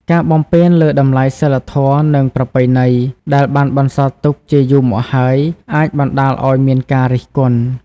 ការបំពានលើតម្លៃសីលធម៌និងប្រពៃណីដែលបានបន្សល់ទុកជាយូរមកហើយ អាចបណ្តាលឲ្យមានការរិះគន់។